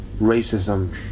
racism